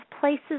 places